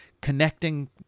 connecting